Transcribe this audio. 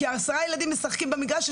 עשרה ילדים משחקים במגרש,